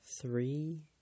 three